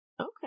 Okay